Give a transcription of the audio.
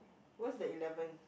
where's the eleventh